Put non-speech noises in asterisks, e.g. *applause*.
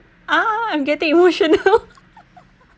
ugh I'm getting emotional *laughs*